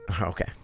Okay